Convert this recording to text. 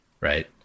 right